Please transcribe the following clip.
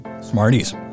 Smarties